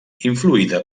influïda